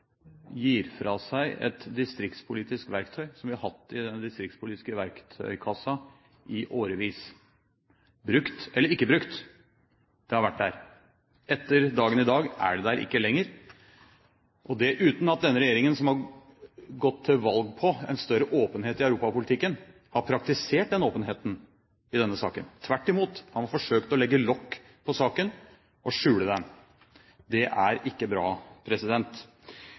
gir fra seg et distriktspolitisk verktøy som vi har hatt i den distriktspolitiske verktøykassa i årevis – brukt eller ikke brukt, det har vært der. Etter dagen i dag er det der ikke lenger, og det uten at denne regjeringen som har gått til valg på en større åpenhet i europapolitikken, har praktisert den åpenheten i denne saken. Tvert imot har man forsøkt å legge lokk på saken og skjule den. Det er ikke bra.